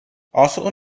also